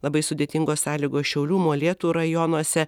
labai sudėtingos sąlygos šiaulių molėtų rajonuose